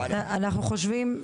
אנחנו חושבים,